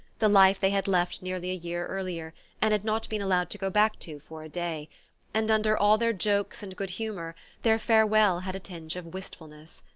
the life they had left nearly a year earlier and had not been allowed to go back to for a day and under all their jokes and good-humour their farewell had a tinge of wistfulness.